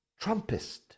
Trumpist